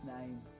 name